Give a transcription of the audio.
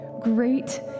Great